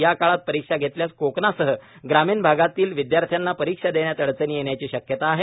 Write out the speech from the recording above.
या काळात परिक्षा घेतल्यास कोकणासह ग्रामीण भागातील विदयार्थ्यांना परिक्षा देण्यात अडचणी येण्याची शक्यता आहे